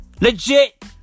Legit